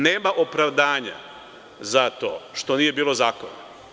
Nema opravdanja za to što nije bilo zakona.